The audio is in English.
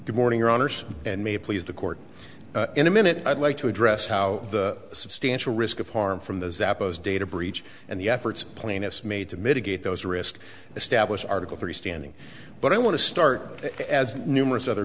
good morning runners and may please the court in a minute i'd like to address how the substantial risk of harm from those appose data breach and the efforts plaintiffs made to mitigate those risks establish article three standing but i want to start as numerous other